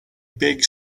big